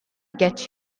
get